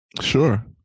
Sure